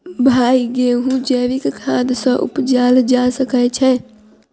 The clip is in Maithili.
भाई गेंहूँ जैविक खाद सँ उपजाल जा सकै छैय?